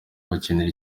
bakinira